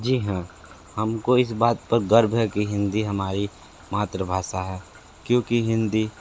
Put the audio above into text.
जी हाँ हमको इस बात पर गर्व है कि हिंदी हमारी मातृभाषा है क्योंकि हिंदी